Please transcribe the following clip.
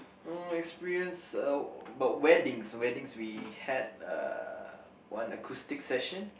uh experience uh but weddings weddings we had uh one acoustic session